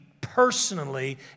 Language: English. personally